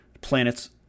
planets